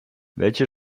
welche